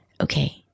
okay